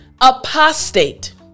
apostate